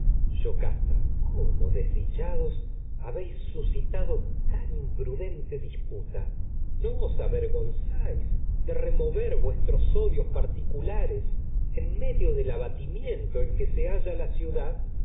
yocasta cómo desdichados habéis suscitado tan imprudente vuestros disputa no os avergonzáis en de remover odios particulares medio del abatimiento tragedias de sófocles en que se halla la ciudad